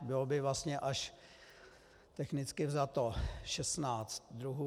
Bylo by vlastně až technicky vzato šestnáct druhů.